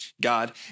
God